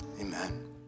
amen